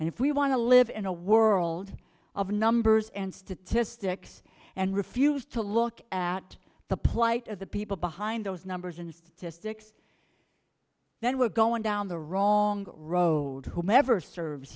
and if we want to live in a world of numbers and statistics and refuse to look at the plight of the people behind those numbers and statistics then we're going down the wrong road whomever serves